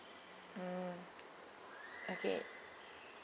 mm okay